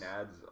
ads